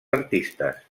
artistes